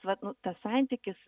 vat nu tas santykis